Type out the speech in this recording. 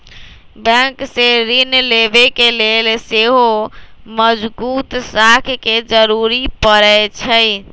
bank से ऋण लेबे के लेल सेहो मजगुत साख के जरूरी परै छइ